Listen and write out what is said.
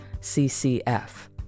C-C-F